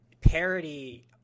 parody